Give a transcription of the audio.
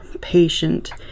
patient